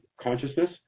consciousness